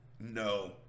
no